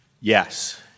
Yes